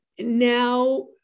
now